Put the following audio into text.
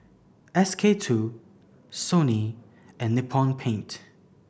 SK two Sony and Nippon Paint